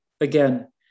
Again